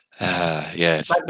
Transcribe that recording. Yes